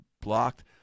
blocked